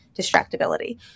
distractibility